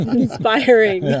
inspiring